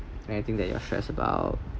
anything that you are stressed about